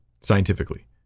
scientifically